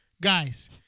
guys